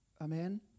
Amen